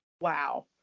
Wow